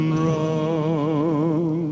wrong